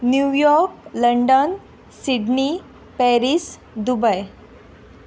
New York London Sydney Paris Dubai